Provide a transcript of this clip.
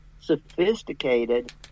sophisticated